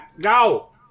go